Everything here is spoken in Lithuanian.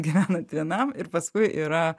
gyvenot vienam ir paskui yra